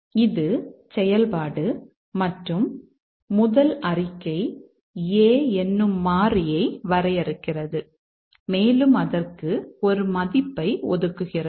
இது செயல்பாடு மற்றும் முதல் அறிக்கை a என்னும் மாறியை வரையறுக்கிறது மேலும் அதற்கு ஒரு மதிப்பை ஒதுக்குகிறது